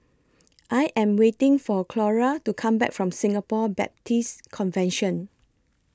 I Am waiting For Clora to Come Back from Singapore Baptist Convention